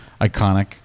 iconic